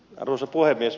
arvoisa puhemies